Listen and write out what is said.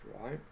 right